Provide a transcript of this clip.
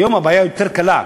היום הבעיה יותר קלה,